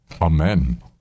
Amen